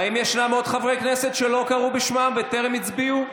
האם יש עוד חברי כנסת שלא קראו בשמם או שטרם הצביעו?